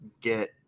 get